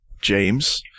James